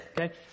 okay